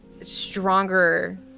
stronger